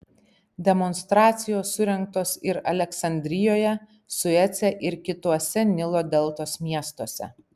demonstracijos surengtos ir aleksandrijoje suece ir kituose nilo deltos miestuose